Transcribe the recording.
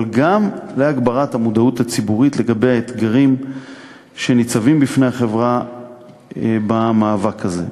אבל גם להגברת המודעות הציבורית לאתגרים שניצבים בפני החברה במאבק הזה.